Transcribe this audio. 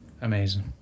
Amazing